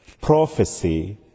prophecy